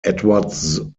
edwards